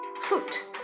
foot